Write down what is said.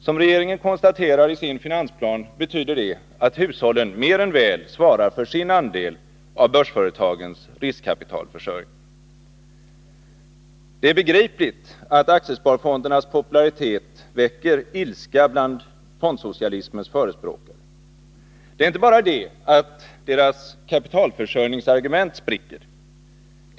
Som regeringen konstaterar i sin finansplan betyder det, att hushållen mer än väl svarar för sin andel av börsföretagens riskkapitalförsörjning. Det är begripligt att aktiesparfondernas popularitet väcker ilska bland fondsocialismens förespråkare. Det är inte bara det att deras kapitalförsörjningsargument spricker.